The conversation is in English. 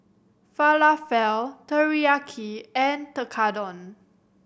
Falafel Teriyaki and Tekkadon